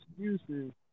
excuses